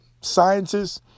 scientists